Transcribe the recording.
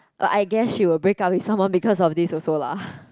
but I guess she will break up with someone because of this also lah